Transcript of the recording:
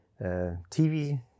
TV